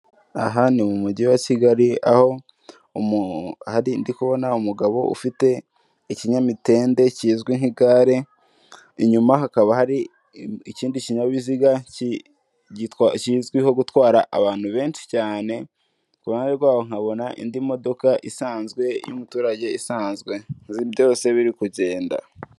Aha ni mu mujyi wa Kigali, aho ndi kubona umugabo ufite ikinyamitende kizwi nk'igare, inyuma hakaba hari ikindi kinyabiziga kizwiho gutwara abantu benshi cyane, kuruhande rwabo nkabona indi modoka isanzwe, y'umuturage isanzwe, byose biri kugenda.